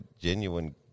genuine